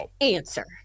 answer